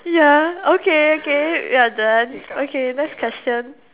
ya okay okay ya done okay next question